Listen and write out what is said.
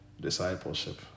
discipleship